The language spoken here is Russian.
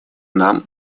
нам